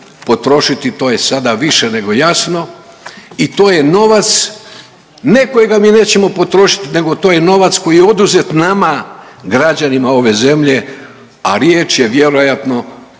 potrošiti. To je sada više nego jasno i to je novac ne kojega mi nećemo potrošiti, nego to je novac koji je oduzet nama građanima ove zemlje, a riječ je vjerojatno